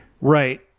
Right